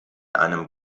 einem